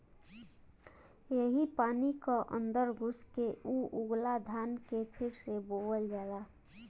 यही पानी क अन्दर घुस के ऊ उगला धान के फिर से बोअल जाला